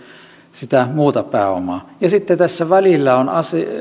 sitä muuta pääomaa ja sitten tässä välillä on